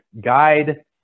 guide